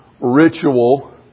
ritual